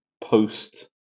post